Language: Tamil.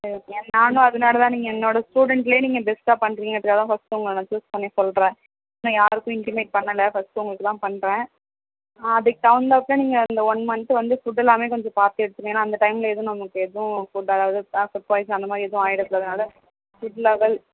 சரி ஓகே நானும் அதனால் தான் நீங்கள் எங்களோட ஸ்டூடண்ட்லயே நீங்கள் பெஸ்ட்டாக பண்ணுறிங்கன்றதுக்காக தான் ஃபஸ்ட்டு நான் உங்களை ச்சூஸ் பண்ணி சொல்றேன் இன்னும் யாருக்கும் இண்டிமேட் பண்ணலை ஃபஸ்ட்டு உங்களுக்கு தான் பண்றேன் அதுக்கு தகுந்தாப்பில் நீங்கள் இந்த ஒன் மந்த் வந்து ஃபுட் எல்லாம் கொஞ்சம் பார்த்து எடுத்துக்குங்க ஏன்னா அந்த டைமில் எதுவும் நம்ம எதுவும் ஃபுட் அதாவது ஃபுட் பாய்சன் அந்தமாதிரி எதுவும் ஆகிடக்கூடாது அதனால் ஃபுட் லெவல்